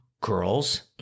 girls